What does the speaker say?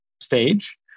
stage